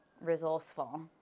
resourceful